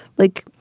like,